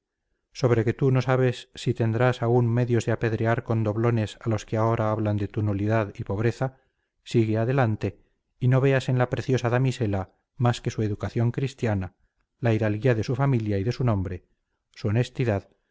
sobre que tú no sabes si tendrás aún medios de apedrear con doblones a los que ahora hablan de tu nulidad y pobreza sigue adelante y no veas en la preciosa damisela más que su educación cristiana la hidalguía de su familia y de su nombre su honestidad